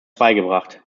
beigebracht